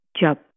Jab